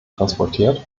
transportiert